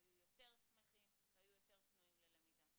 היו יותר שמחים והיו יותר פנויים ללמידה.